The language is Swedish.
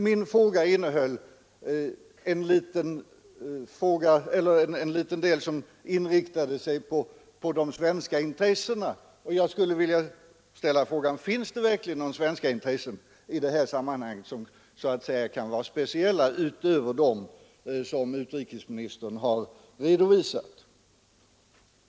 Min fråga till utrikesministern innehöll en liten del som inriktade sig på de svenska intressena, och jag skulle nu vilja ställa frågan: Finns det verkligen några speciella svenska intressen i detta sammanhang utöver dem som utrikesministern har redovisat?